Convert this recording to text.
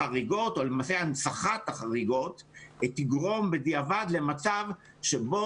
החריגות או למעשה הנצחת החריגות תגרום בדיעבד למצב שבו